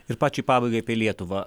ir pačiai pabaigai apie lietuvą